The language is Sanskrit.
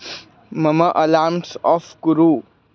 मम अलार्म्स् आफ़् कुरु